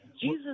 Jesus